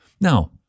Now